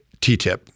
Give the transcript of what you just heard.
TTIP